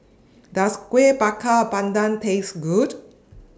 Does Kuih Bakar Pandan Taste Good